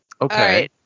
okay